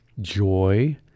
joy